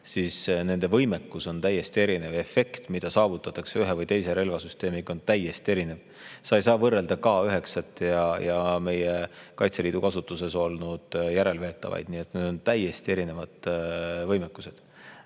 siis nende võimekus on täiesti erinev ja efekt, mida saavutatakse ühe või teise relvasüsteemiga, on täiesti erinev. Sa ei saa võrrelda K9-t ja meie Kaitseliidu kasutuses olnud järelveetavaid [suurtükke]. Need on täiesti erinevad võimekused.